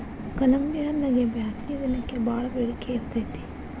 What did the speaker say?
ಕಲ್ಲಂಗಡಿಹಣ್ಣಗೆ ಬ್ಯಾಸಗಿ ದಿನಕ್ಕೆ ಬಾಳ ಬೆಡಿಕೆ ಇರ್ತೈತಿ